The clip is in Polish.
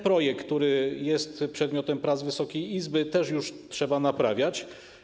Projekt, który jest przedmiotem prac Wysokiej Izby, też już trzeba naprawiać.